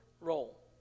role